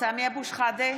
סמי אבו שחאדה,